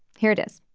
here it is